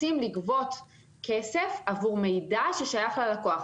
רוצים לגבות כסף עבור מידע ששייך ללקוח.